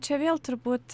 čia vėl turbūt